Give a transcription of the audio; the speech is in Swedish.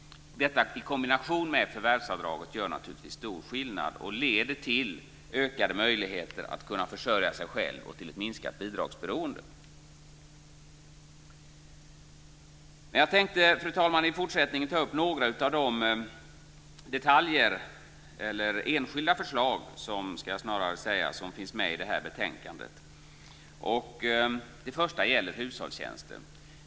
Detta gör i kombination med förvärvsavdraget naturligtvis stor skillnad och leder till ökade möjligheter att försörja sig själv och till ett minskat bidragsberoende. Fru talman! Jag tänkte i fortsättningen ta upp några av de enskilda förslag som finns med i betänkandet. Det första gäller hushållstjänster.